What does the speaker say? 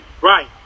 Right